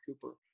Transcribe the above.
Cooper